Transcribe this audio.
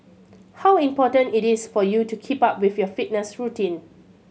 how important it is for you to keep up with your fitness routine